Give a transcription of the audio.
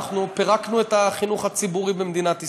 אנחנו פירקנו את החינוך הציבורי במדינת ישראל.